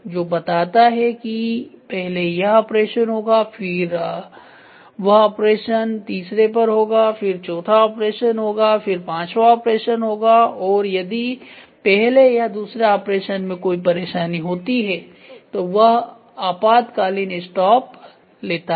जो बताता है कि पहले यह ऑपरेशन होगा फिर वह ऑपरेशन तीसरे पर होगा फिर चौथा ऑपरेशन होगा फिर पांचवा ऑपरेशन होगा और यदि पहले या दूसरा ऑपरेशन में कोई परेशानी होती है तो वह आपातकालीन स्टॉप ले लेता है